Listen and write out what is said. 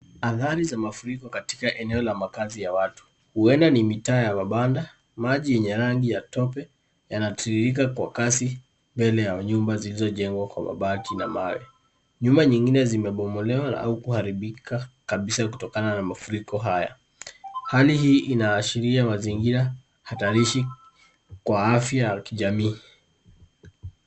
Athari za mafuriko katika eneo la makazi ya watu, huenda ni kifaa ya mabanda. Maji ni ya rangi ya tope, yanatiririka kwa Kasi mbele ya nyumba zilizojengwa kwa mabati na mawe. Nyumba nyingine zimebomolewa au kuharibika kabisa kutokana na mafuriko haya. Hali hii inaashiria mazingira hatarishi kwa afya ya kijamii.